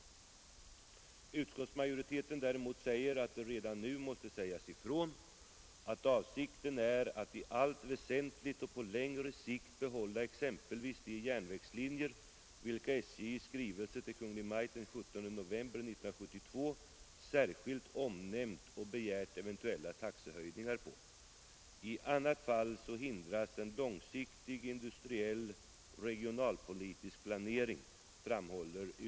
Utskottsmajoriteten framhåller däremot: ” Redan nu måste sägas ifrån att avsikten är att i allt väsentligt och på längre sikt behålla exempelvis de järnvägslinjer vilka SJ i skrivelse till Kungl. Maj:t den 17 november 1972 särskilt omnämnt och begärt eventuella taxehöjningar på. I annat fall hindras en långsiktig industriell och regionalpolitisk planering.” Jag vill stryka under det uttalandet.